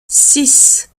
six